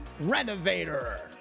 Renovator